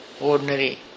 ordinary